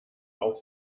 auch